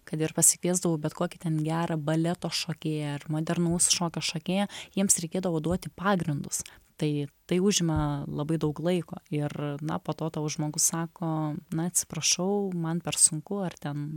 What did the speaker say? kad ir pasikviesdavau bet kokį ten gerą baleto šokėją ar modernaus šokio šokėją jiems reikėdavo duoti pagrindus tai tai užima labai daug laiko ir na po to tau žmogus sako na atsiprašau man per sunku ar ten